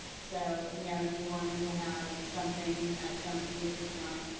so, you know, if you wanted to have something at some future point.